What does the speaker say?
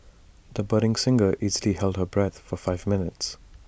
the budding singer easily held her breath for five minutes